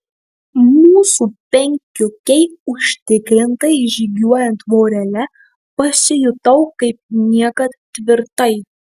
mūsų penkiukei užtikrintai žygiuojant vorele pasijutau kaip niekad tvirtai